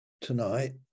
tonight